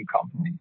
company